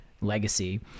legacy